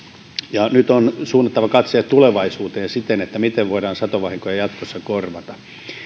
nyt on suunnattava katseet tulevaisuuteen siinä miten voidaan satovahinkoja jatkossa korvata